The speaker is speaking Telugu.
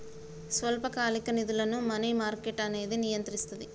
స్వల్పకాలిక నిధులను మనీ మార్కెట్ అనేది నియంత్రిస్తది